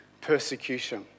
persecution